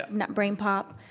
um not brain pop.